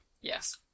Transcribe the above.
Yes